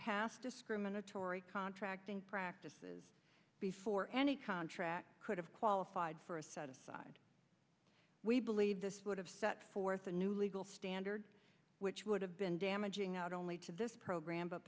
past discriminatory contracting practices before any contract could have qualified for a set aside we believe this would have set forth a new legal standard which would have been damaging out only to this program but